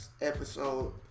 episode